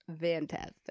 fantastic